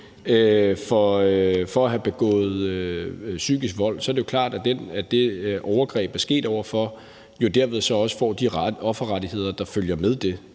for at have begået psykisk vold, så er det jo klart, at den, som det overgreb er sket mod, jo derved så får de offerrettigheder, der følger med det.